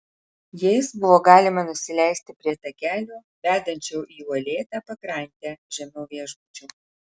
jais buvo galima nusileisti prie takelio vedančio į uolėtą pakrantę žemiau viešbučio